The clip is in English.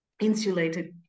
insulated